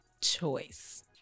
choice